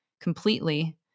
completely